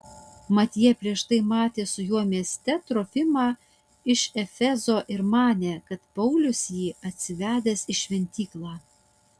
mat jie prieš tai matė su juo mieste trofimą iš efezo ir manė kad paulius jį atsivedęs į šventyklą